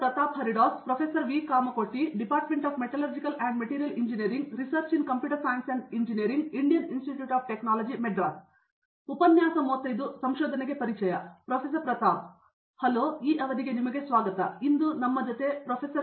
ಪ್ರತಾಪ್ ಹರಿಡೋಸ್ ಹಲೋ ಇಂದು ನಮ್ಮ ಜೊತೆ ಪ್ರೊಫೆಸರ್